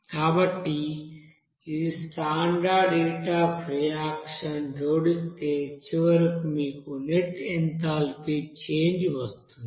కాబట్టి ఈ standard heat of reaction జోడిస్తే చివరకు మీకు నెట్ ఎంటాల్పీ చేంజ్ వస్తుంది